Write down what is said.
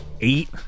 eight